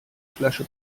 flasche